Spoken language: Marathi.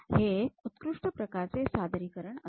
हे एक उत्कृष्ट प्रकारचे सादरीकरण असते